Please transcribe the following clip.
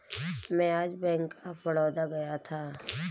मैं आज bank of Baroda गया था